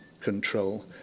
control